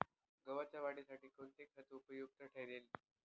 गव्हाच्या वाढीसाठी कोणते खत उपयुक्त ठरेल?